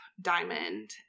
diamond